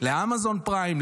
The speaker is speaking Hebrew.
לאמזון פריים,